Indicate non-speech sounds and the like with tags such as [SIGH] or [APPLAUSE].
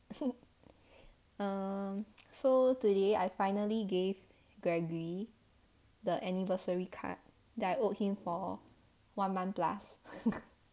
so err so today I finally gave gregory the anniversary card that I owed him for one month plus [LAUGHS]